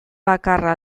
bakarra